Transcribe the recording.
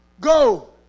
Go